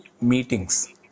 meetings